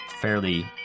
fairly